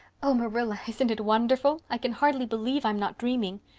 oh, marilla, isn't it wonderful? i can hardly believe i'm not dreaming.